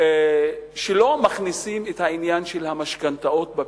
שלא מכניסים את העניין של המשכנתאות לפתרון.